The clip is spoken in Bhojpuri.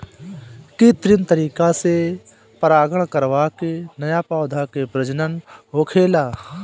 कित्रिम तरीका से परागण करवा के नया पौधा के प्रजनन होखेला